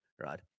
right